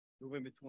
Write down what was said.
November